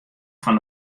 fan